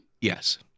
Yes